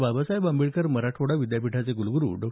बाबासाहेब आंबेडकर मराठवाडा विद्यापीठाचे कुलगुरु डॉ